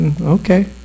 Okay